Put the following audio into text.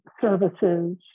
services